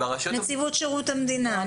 נציבות שירות המדינה.